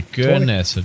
goodness